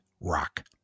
rock